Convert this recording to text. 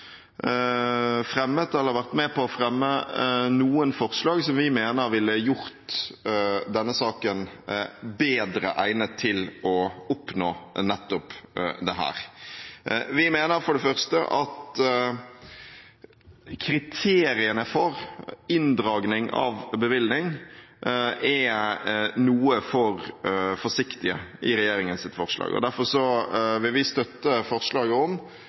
vært med på å fremme noen forslag som vi mener ville gjort denne saken bedre egnet til å oppnå nettopp dette. Vi mener for det første at kriteriene for inndragning av bevilling er noe for forsiktige i regjeringens forslag. Derfor vil vi støtte forslaget om